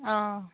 অঁ